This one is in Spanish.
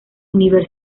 univ